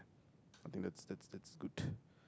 I think that's that's that's good